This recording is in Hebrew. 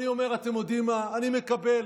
אני אומר: אתם יודעים מה, אני מקבל.